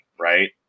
right